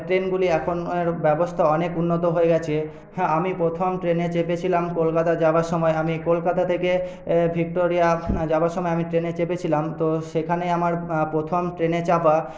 ট্রেনগুলি এখনের ব্যবস্থা অনেক উন্নত হয়ে গেছে হ্যাঁ আমি প্রথম ট্রেনে চেপেছিলাম কলকাতা যাওয়ার সময় আমি কলকাতা থেকে ভিক্টোরিয়া যাওয়ার সময় আমি ট্রেনে চেপেছিলাম তো সেখানে আমার প্রথম ট্রেনে চাপা